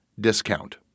discount